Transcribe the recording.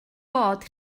bod